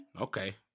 okay